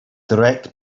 direct